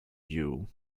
you